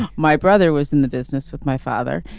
my brother was in the business with my father.